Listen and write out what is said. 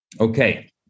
Okay